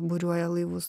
buriuoja laivus